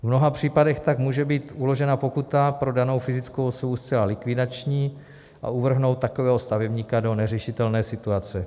V mnoha případech tak může být uložená pokuta pro danou fyzickou osobu zcela likvidační a uvrhnout takového stavebníka do neřešitelné situace.